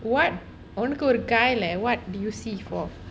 what உனக்கு ஒரு:unakku oru guy lah what do you see for